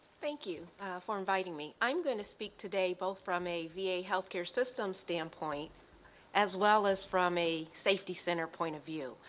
thank you for inviting me. i'm going to speak today both from a va healthcare system standpoint as well as from a safety center point of view.